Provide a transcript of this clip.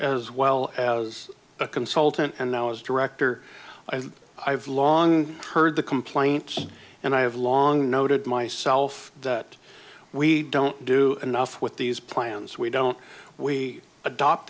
as well as a consultant and now as director i've long heard the complaints and i have long noted myself that we don't do enough with these plans we don't we adopt